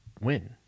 win